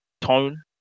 tone